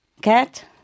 Cat